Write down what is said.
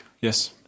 yes